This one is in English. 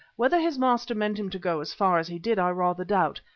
whether his master meant him to go as far as he did i rather doubt.